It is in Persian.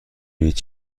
هیچ